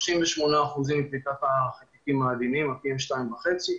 38% מפליטת החלקיקים ה- - 2.5,